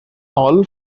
all